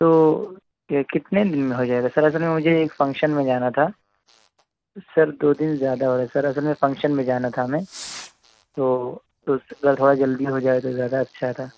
تو کتنے دن میں ہو جائے گا سر اصل میں مجھے ایک فنکشن میں جانا تھا سر دو دن زیادہ ہو رہا ہے سر اصل میں فنکشن جانا تھا ہمیں تو تو اگر تھوڑا جلدی ہو جائے تو زیادہ اچھا تھا